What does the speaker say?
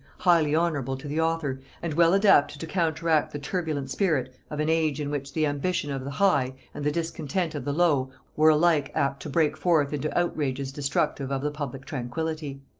highly honorable to the author, and well adapted to counteract the turbulent spirit of an age in which the ambition of the high and the discontent of the low were alike apt to break forth into outrages destructive of the public tranquillity.